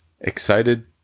excited